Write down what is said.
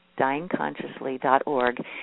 dyingconsciously.org